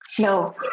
No